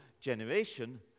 generation